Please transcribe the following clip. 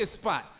Spot